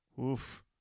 Oof